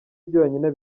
byonyine